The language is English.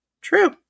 True